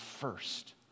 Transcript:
first